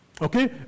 Okay